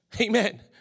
Amen